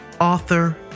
author